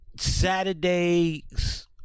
Saturdays